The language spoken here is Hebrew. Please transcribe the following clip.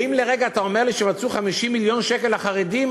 ואם לרגע אתה אומר לי שמצאו 50 מיליון שקל לחרדים,